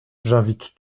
j’invite